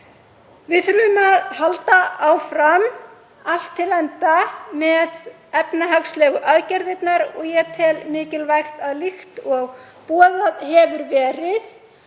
Við þurfum að halda áfram allt til enda með efnahagslegu aðgerðirnar og ég tel mikilvægt, líkt og boðað hefur verið,